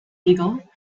eagle